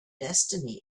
destiny